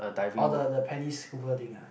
orh the the paddy scuba thing ah